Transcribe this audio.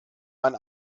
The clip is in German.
man